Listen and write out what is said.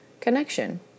connection